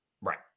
Right